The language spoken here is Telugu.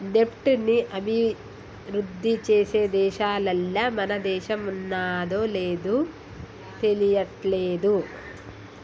దెబ్ట్ ని అభిరుద్ధి చేసే దేశాలల్ల మన దేశం ఉన్నాదో లేదు తెలియట్లేదు